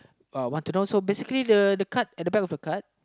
uh want to know so basically the the card at the back of the card